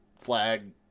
flag